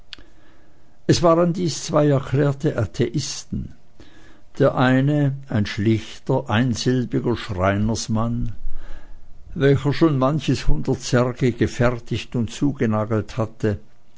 es waren dies zwei erklärte atheisten der eine ein schlichter einsilbiger schreinersmann welcher schon manches hundert särge gefertigt und zugenagelt hatte